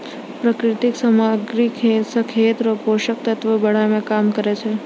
प्राकृतिक समाग्री से खेत रो पोसक तत्व बड़ाय मे काम करै छै